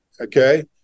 Okay